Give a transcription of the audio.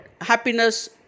happiness